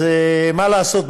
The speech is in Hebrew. אז מה לעשות,